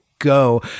go